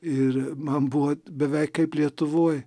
ir man buvo beveik kaip lietuvoj